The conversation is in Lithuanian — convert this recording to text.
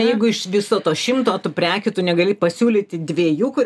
jeigu iš viso to šimto tų prekių tu negali pasiūlyti dviejų kur